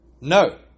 No